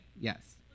yes